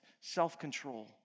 self-control